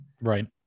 Right